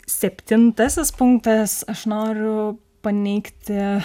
septintasis punktas aš noriu paneigti